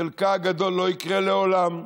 חלקה הגדול לא יקרה לעולם,